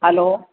hello